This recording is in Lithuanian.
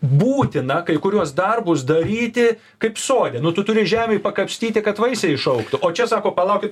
būtina kai kuriuos darbus daryti kaip sode nu tu turi žemėj pakapstyti kad vaisiai išaugtų o čia sako palaukit